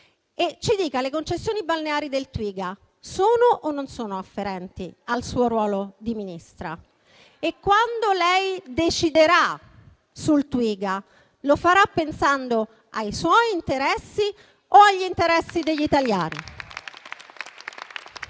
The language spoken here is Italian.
debiti. Le concessioni balneari del Twiga sono o non sono afferenti al suo ruolo di Ministra? E quando lei deciderà sul Twiga, lo farà pensando ai suoi interessi o agli interessi degli italiani?